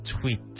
tweet